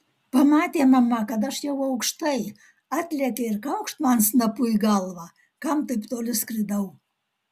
pamatė mama kad aš jau aukštai atlėkė ir kaukšt man snapu į galvą kam taip toli skridau